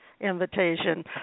invitation